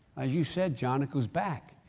as you said john, it goes back.